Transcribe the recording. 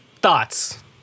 thoughts